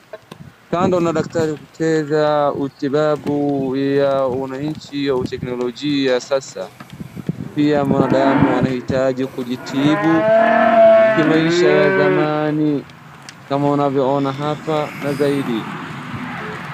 Kando na daktari kucheza utibabu ya wananchi ya kiteknolojia sasa, pia mwanadamu anahitaji kujitibu kimaisha ya zamani kama unavyoona hapa na zaidi.